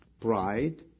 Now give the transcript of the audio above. pride